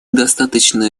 достаточно